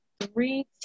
three